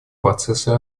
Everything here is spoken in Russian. процесса